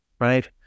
right